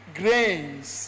grains